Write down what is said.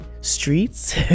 streets